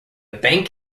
bank